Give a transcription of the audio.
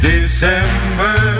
December